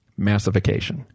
massification